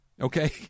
okay